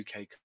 UK